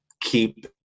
keep